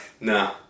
Nah